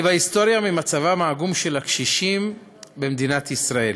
אני בהיסטריה ממצבם העגום של הקשישים במדינת ישראל,